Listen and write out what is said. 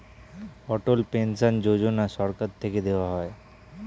অটল pension Yojana সরকার থেকে দেওয়া হয়